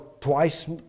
twice